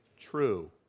true